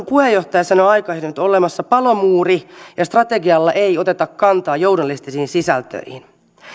puheenjohtaja sanoi aikaisemmin että on olemassa palomuuri ja strategialla ei oteta kantaa journalistisiin sisältöihin